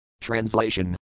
Translation